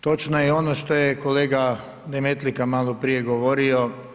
Točno je ono što je kolega Demetlika malo prije govorio.